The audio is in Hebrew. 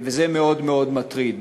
זה מאוד מאוד מטריד,